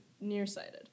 nearsighted